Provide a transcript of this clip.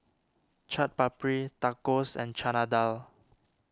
Chaat Papri Tacos and Chana Dal